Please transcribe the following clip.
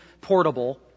portable